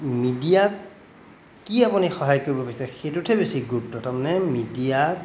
মিডিয়াক কি আপুনি সহায় কৰিব বিচাৰে সেইটোতহে বেছি গুৰুত্ব তাৰমানে মিডিয়াক